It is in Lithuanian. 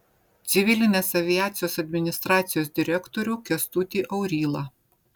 civilinės aviacijos administracijos direktorių kęstutį aurylą